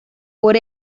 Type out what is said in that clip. por